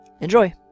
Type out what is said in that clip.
Enjoy